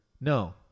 No